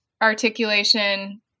articulation